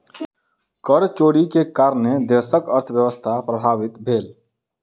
कर चोरी के कारणेँ देशक अर्थव्यवस्था प्रभावित भेल